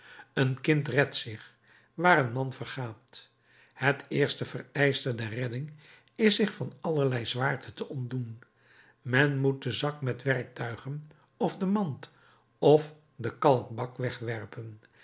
een kind redt zich waar een man vergaat het eerste vereischte der redding is zich van allerlei zwaarte te ontdoen men moet den zak met werktuigen of de mand of den kalkbak wegwerpen